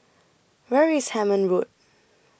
Where IS Hemmant Road